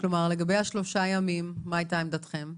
לגבי השלושה הימים, מה הייתה עמדתכם?